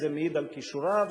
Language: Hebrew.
וזה מעיד על כישוריו,